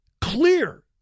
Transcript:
clear